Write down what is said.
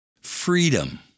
Freedom